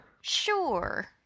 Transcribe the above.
Sure